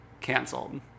canceled